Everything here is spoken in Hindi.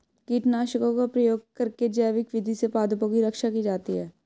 कीटनाशकों का प्रयोग करके जैविक विधि से पादपों की रक्षा की जाती है